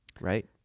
right